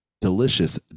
delicious